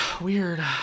Weird